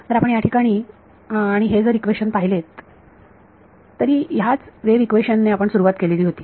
तर आपण या ठिकाणी आणि हे जर इक्वेशन पाहिलेत तरी ह्याच वेव्ह इक्वेशन ने आपण सुरुवात केलेली होती